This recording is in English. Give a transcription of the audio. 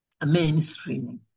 mainstreaming